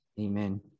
Amen